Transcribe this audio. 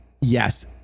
Yes